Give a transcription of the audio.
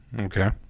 Okay